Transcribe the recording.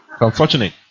Unfortunate